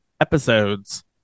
episodes